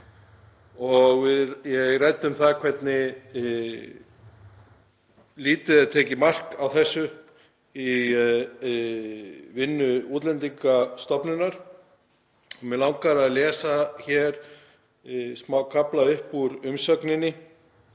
Við ræddum það hvernig lítið er tekið mark á þessu í vinnu Útlendingastofnunar. Mig langar að lesa hér smákafla úr umsögninni,